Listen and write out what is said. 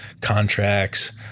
contracts